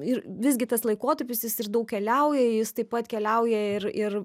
ir visgi tas laikotarpis jis ir daug keliauja jis taip pat keliauja ir ir